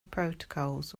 protocols